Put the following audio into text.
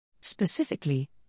Specifically